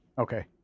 Okay